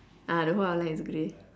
ah the whole outline is grey